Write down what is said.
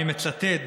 אני מצטט,